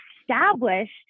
established